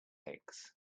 legs